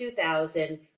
2000